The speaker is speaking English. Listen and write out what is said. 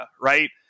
right